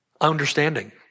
Understanding